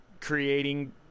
Creating